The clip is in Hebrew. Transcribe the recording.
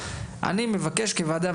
אני מבקש כוועדה,